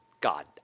God